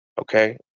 Okay